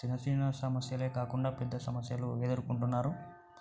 చిన్న చిన్న సమస్యలే కాకుండా పెద్ద సమస్యలు ఎదురుకొంటున్నారు